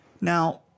now